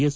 S